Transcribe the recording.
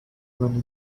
granny